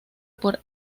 por